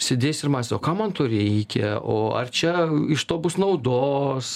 sėdėjęs ir mąstęs o kam man to reikia o ar čia iš to bus naudos